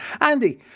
Andy